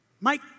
Mike